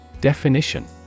Definition